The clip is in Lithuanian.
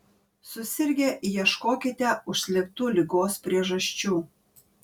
susirgę ieškokite užslėptų ligos priežasčių